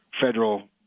federal